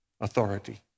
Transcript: authority